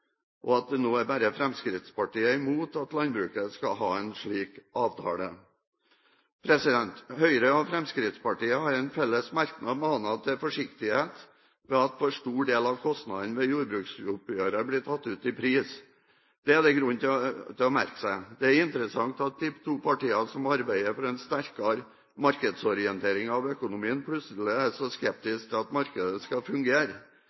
og at det nå bare er Fremskrittspartiet som er imot at landbruket skal ha en slik avtale. Høyre og Fremskrittspartiet har i en felles merknad manet til forsiktighet ved at for stor del av kostnadene ved jordbruksoppgjøret blir tatt ut i pris. Dette er det grunn til å merke seg. Det er interessant at de to partiene som har arbeidet for en sterkere markedsorientering av økonomien, plutselig er så skeptiske til at markedet skal fungere.